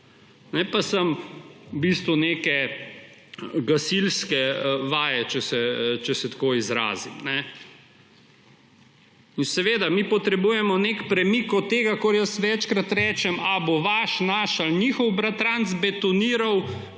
pa samo v bistvu neke gasilske vaje, če se tako izrazim. Seveda mi potrebujemo nek premik od tega, kot jaz večkrat rečem, ali bo vaš, naš ali njihov bratranec betoniral, k mišljenju